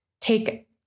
take